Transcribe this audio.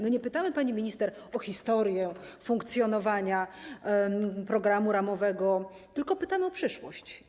My nie pytamy, pani minister, o historię funkcjonowania programu ramowego, tylko pytamy o przyszłość.